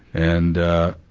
and ah,